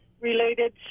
related